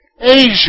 Asia